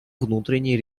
внутренней